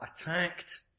attacked